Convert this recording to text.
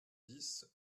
dix